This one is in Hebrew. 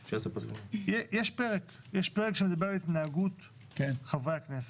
יש פרק, יש פרק שמדבר על התנהגות חברי הכנסת.